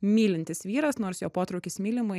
mylintis vyras nors jo potraukis mylimai